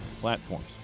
platforms